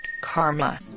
karma